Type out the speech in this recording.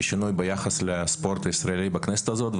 לשינוי ביחס לספורט הישראלי בכנסת הזאת.